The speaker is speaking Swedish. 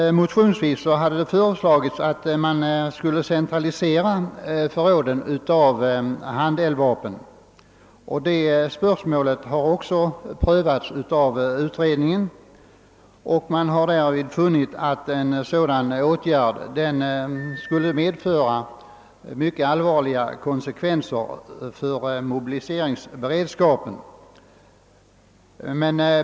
Motionsvis hade föreslagits att man skulle centralisera förråden av handeldvapen. Det spörsmålet har också prövats av utredningen. Man har därvid funnit att en sådan åtgärd skulle medföra mycket allvarliga konsekvenser för mobiliseringsberedskapen.